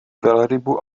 velrybu